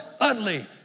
Utley